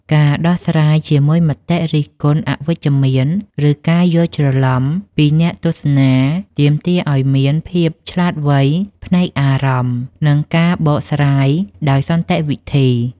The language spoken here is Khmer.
ការដោះស្រាយជាមួយមតិរិះគន់អវិជ្ជមាន ឬការយល់ច្រឡំពីអ្នកទស្សនា ទាមទារឱ្យមានភាពឆ្លាតវៃផ្នែកអារម្មណ៍ និងការបកស្រាយដោយសន្តិវិធី។